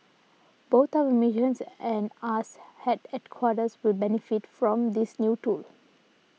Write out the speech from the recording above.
both our missions and us had headquarters will benefit from this new tool